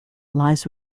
lies